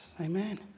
Amen